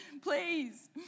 Please